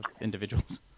individuals